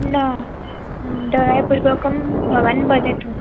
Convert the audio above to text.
न दयापूर्वकं भवान् वदतु